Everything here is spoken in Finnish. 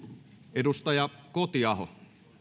edustaja kotiaho